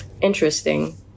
interesting